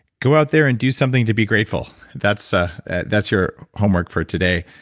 go out there and do something to be grateful. that's ah that's your homework for today.